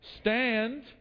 Stand